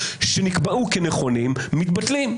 שנקבעו כנכונים מתבטלים.